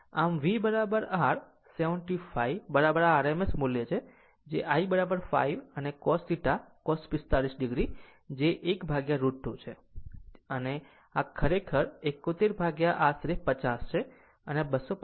આમ V r 71 બરાબર આ RMS મૂલ્ય છે I 5 અને cos θ cos 45 o જે 1 √ 2 છે જો આ 71 આશરે 50 છે